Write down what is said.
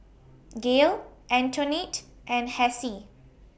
Gail Antionette and Hassie